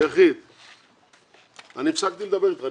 שהיום כל אחד שהולך להוציא רישיון על מונית או על אוטובוס,